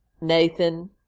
Nathan